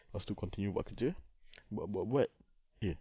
lepas tu continue buat kerja buat buat buat eh